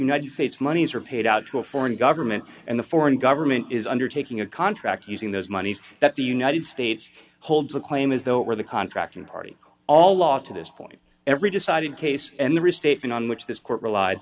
united states monies are paid out to a foreign government and the foreign government is undertaking a contract using those monies that the united states holds a claim as though it were the contracting party all law to this point every decided case and the restatement on which this court relied